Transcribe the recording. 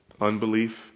unbelief